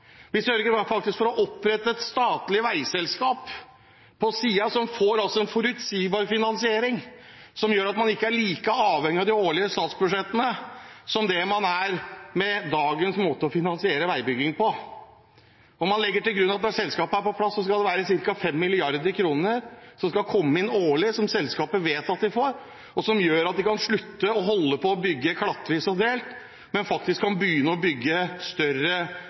Vi sørger faktisk for å opprette et statlig veiselskap som får en forutsigbar finansiering, som gjør at man ikke er like avhengig av de årlige statsbudsjettene som det man er med dagens måte å finansiere veibygging på. Om man legger til grunn at når selskapet er på plass, skal det komme inn ca. 5 mrd. kr årlig, som selskapet vet at de får, og som gjør at de kan slutte å holde på å bygge klattvis og delt, men faktisk kan begynne å bygge større